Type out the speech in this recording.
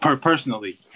Personally